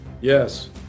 Yes